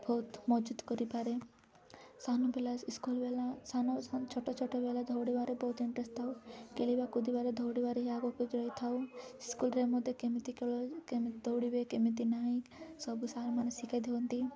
ବହୁତ ମଜବୁତ କରିପାରେ ସାନ ପିଲା ଇସ୍କୁଲ୍ ବେଲା ସାନ ଛୋଟ ଛୋଟବେଲେ ଧୌଡ଼ିବାରେ ବହୁତ ଇଣ୍ଟରେଷ୍ଟ୍ ଥାଉ ଖେଳିବା କୁୁଦିବାରେ ଧୌଡ଼ିବାରେ ଆଗକୁ ଯାଇଥାଉ ସ୍କୁଲ୍ରେ ମଧ୍ୟ କେମିତି ଖେଳ କେମିତି ଦୌଡ଼ିବେ କେମିତି ନାହିଁ ସବୁ ସାର୍ମାନେ ଶିଖାଇଦିଅନ୍ତି